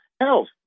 health